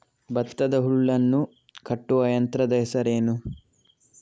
ಭತ್ತದ ಹುಲ್ಲನ್ನು ಕಟ್ಟುವ ಯಂತ್ರದ ಹೆಸರೇನು?